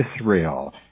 Israel